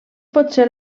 potser